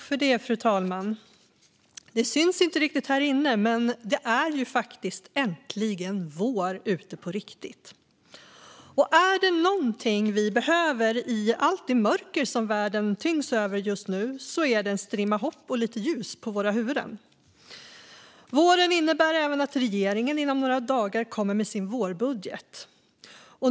Fru talman! Det syns inte riktigt här inne, men det är faktiskt äntligen vår på riktigt! Och är det något vi behöver i allt det mörker som världen tyngs av just nu är det en strimma hopp och lite ljus på våra huvuden. Våren innebär även att regeringen inom några dagar kommer med sin vårbudget.